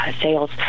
sales